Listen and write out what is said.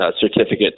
certificate